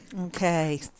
Okay